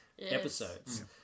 Episodes